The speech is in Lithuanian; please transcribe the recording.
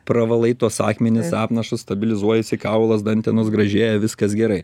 pravalai tuos akmenis apnašas stabilizuojasi kaulas dantenos gražėja viskas gerai